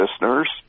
listeners